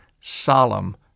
solemn